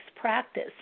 practice